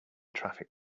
traffic